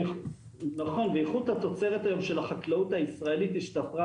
נכון ואיכות התוצרת היום של החקלאות הישראלית השתפרה